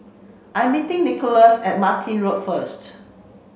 I meeting Nicholaus at Martin Road first